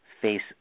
face